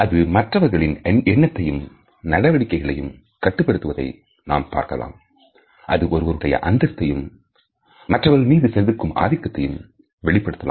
அது மற்றவர்களின் எண்ணத்தையும் நடவடிக்கைகளையும் கட்டுப்படுத்துவதை நாம் பார்க்கலாம் அது ஒருவருடைய அந்தஸ்தையும் மற்றவர்கள் மீது செலுத்தும் ஆதிக்கத்தையும் வெளிப்படுத்தலாம்